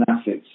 assets